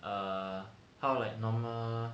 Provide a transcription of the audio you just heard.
err how like normal